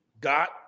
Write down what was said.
got